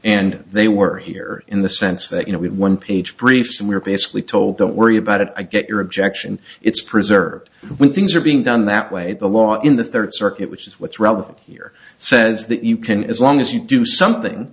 and they were here in the sense that you know one page briefs and we're basically told don't worry about it i get your objection it's preserved when things are being done that way the law in the third circuit which is what's relevant here says that you can as long as you do something